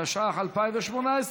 התשע"ח 2018,